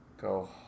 go